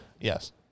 Yes